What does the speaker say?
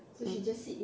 mm